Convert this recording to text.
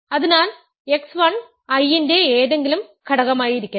അതിനാൽ x1 I ന്റെ ഏതെങ്കിലും ഘടകമായിരിക്കട്ടെ